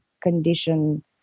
condition